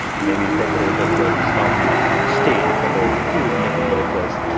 maybe you decorate it with some state about who's making the request.